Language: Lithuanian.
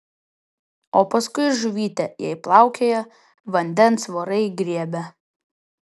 o paskui žuvytė jei plaukioja vandens vorai griebia